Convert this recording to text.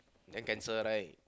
then cancel right